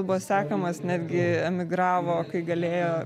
buvo sekamas netgi emigravo kai galėjo